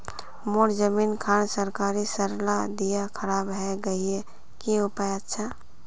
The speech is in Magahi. मोर जमीन खान सरकारी सरला दीया खराब है गहिये की उपाय अच्छा?